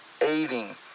aiding